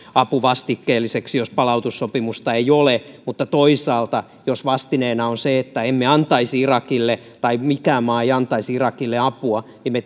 apu vastikkeelliseksi jos palautussopimusta ei ole mutta toisaalta jos vastineena on se että emme antaisi irakille tai mikään maa ei antaisi irakille apua niin me